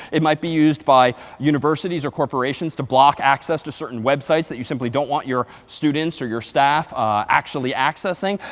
it might be used by universities or corporations to block access to certain websites that you simply don't want your students or your staff actually accessing.